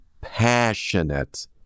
passionate